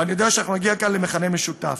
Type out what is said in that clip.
ואני יודע שאנחנו נגיע כאן למכנה משותף.